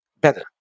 better